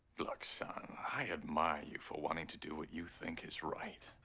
look, son, i admire you for wanting to do what you think is right,